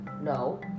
No